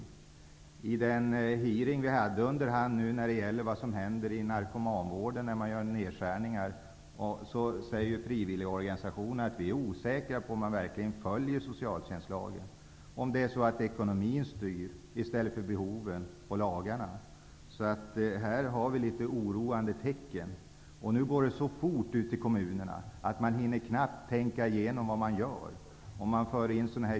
Vid den hearing som varit om vad som händer med narkomanvården när nedskärningar görs, sade frivilligorganisationerna: Vi är osäkra på om man verkligen följer socialtjänstlagen -- dvs. om det är ekonomin som styr i stället för behoven och lagarna. Här finns alltså litet oroande tecken. Nu går utvecklingen i kommunerna så fort att man knappt hinner tänka igenom vad det är man gör.